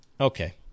Okay